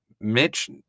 Mitch